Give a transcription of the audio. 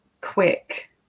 quick